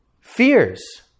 fears